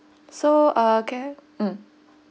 so uh can I mm